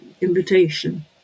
invitation